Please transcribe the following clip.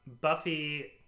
Buffy